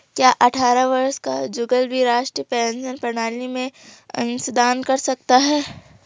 क्या अट्ठारह वर्ष का जुगल भी राष्ट्रीय पेंशन प्रणाली में अंशदान कर सकता है?